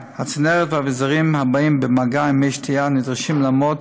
הצנרת והאביזרים הבאים במגע עם מי שתייה נדרשים לעמוד